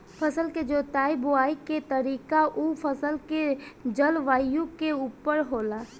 फसल के जोताई बुआई के तरीका उ फसल के जलवायु के उपर होला